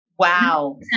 Wow